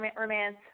romance